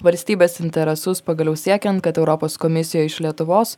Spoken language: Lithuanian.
valstybės interesus pagaliau siekiant kad europos komisijoj iš lietuvos